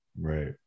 Right